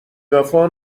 وفا